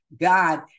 God